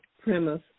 premise